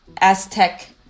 aztec